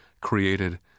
created